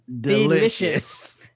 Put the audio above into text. delicious